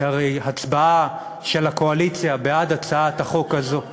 שהרי הצבעה של הקואליציה בעד הצעת החוק הזאת,